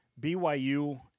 BYU